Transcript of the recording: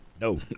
No